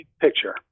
picture